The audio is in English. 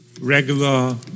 regular